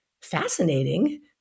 fascinating